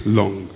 long